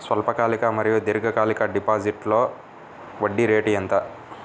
స్వల్పకాలిక మరియు దీర్ఘకాలిక డిపోజిట్స్లో వడ్డీ రేటు ఎంత?